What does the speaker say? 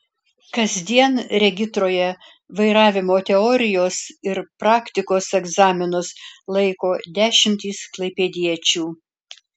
kasdien regitroje vairavimo teorijos ir praktikos egzaminus laiko dešimtys klaipėdiečių